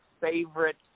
favorite